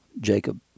Jacob